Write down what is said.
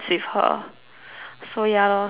so ya so that's